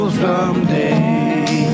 someday